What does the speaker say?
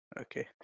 Okay